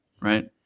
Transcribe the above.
right